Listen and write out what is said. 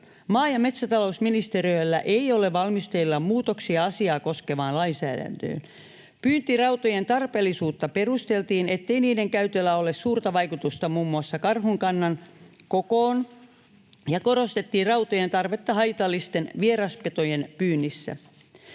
”Maa‑ ja metsätalousministeriöllä ei ole valmisteilla muutoksia asiaa koskevaan lainsäädäntöön.” Pyyntirautojen tarpeellisuutta perusteltiin, ettei niiden käytöllä ole suurta vaikutusta muun muassa karhukannan kokoon, ja korostettiin rautojen tarvetta haitallisten vieraspetojen pyynnissä.